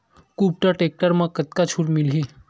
कुबटा टेक्टर म कतका छूट मिलही?